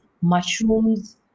mushrooms